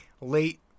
late